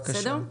בבקשה.